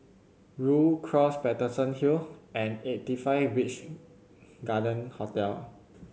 Rhu Cross Paterson Hill and Eighty Five Beach Garden Hotel